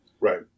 Right